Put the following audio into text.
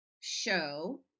show